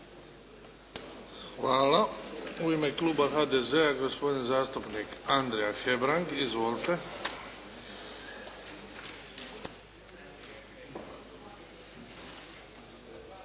Hvala. U ime kluba HDZ-a gospodin zastupnik Andrija Hebrang. Izvolite.